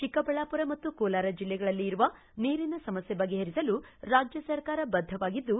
ಚಿಕ್ಕಬಳ್ಳಾಮರ ಮತ್ತು ಕೋಲಾರ ಜಿಲ್ಲೆಗಳಲ್ಲಿ ಇರುವ ನೀರಿನ ಸಮಸ್ಕೆ ಬಗೆಹರಿಸಲು ರಾಜ್ಯ ಸರ್ಕಾರ ಬದ್ದವಾಗಿದ್ದು